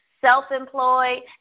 self-employed